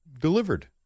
delivered